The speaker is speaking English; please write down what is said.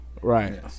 Right